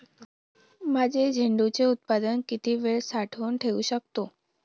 माझे झेंडूचे उत्पादन किती वेळ साठवून ठेवू शकतो?